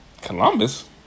Columbus